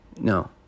No